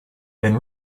been